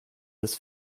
des